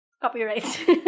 Copyright